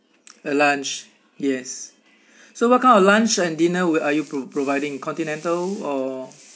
lunch yes so what kind of lunch and dinner will are you pro~ providing continental or